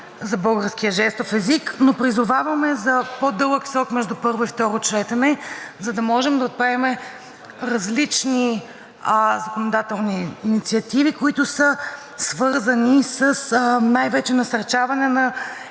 за българския жестов език, но призоваваме за по-дълъг срок между първо и второ четене, за да можем да отправим различни законодателни инициативи, които са свързани най-вече с насърчаване на